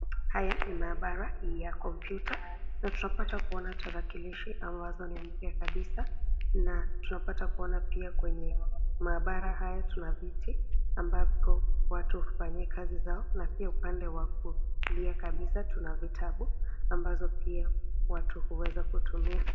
Haya ni mahabara ya kompyuta na tunapata kuona tarakilishi ambazo ni mpya kabisa na tunapata kuona pia kwenye mahabara haya kuna viti ambapo watu hufanyia kazi zao na pia upande wa kulia kabisa tuna vitabu ambazo pia watu huweza kutumia .